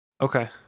Okay